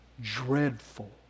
dreadful